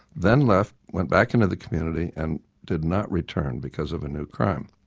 then left, went back into the community and did not return because of a new crime.